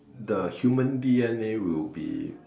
the human D_N_A will be